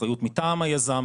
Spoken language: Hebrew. אחריות מטעם היזם,